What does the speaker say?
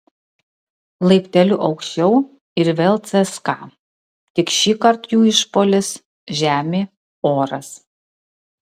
laipteliu aukščiau ir vėl cska tik šįkart jų išpuolis žemė oras